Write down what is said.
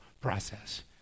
process